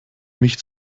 mich